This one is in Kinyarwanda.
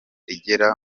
igera